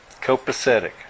Copacetic